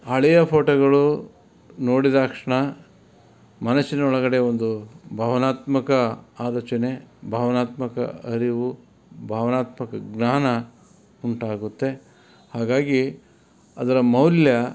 ಹಳೆಯ ಫೋಟೋಗಳು ನೋಡಿದಾಕ್ಷಣ ಮನಸ್ಸಿನೊಳಗಡೆ ಒಂದು ಭಾವನಾತ್ಮಕ ಆಲೋಚನೆ ಭಾವನಾತ್ಮಕ ಅರಿವು ಭಾವನಾತ್ಮಕ ಜ್ಞಾನ ಉಂಟಾಗುತ್ತೆ ಹಾಗಾಗಿ ಅದರ ಮೌಲ್ಯ